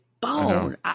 bone